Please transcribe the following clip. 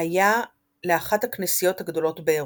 היה לאחת הכנסיות הגדולות באירופה.